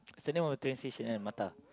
send me all the train station and Mattar